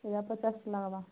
ସେଇଟା ପଚାଶ ଲାଗବା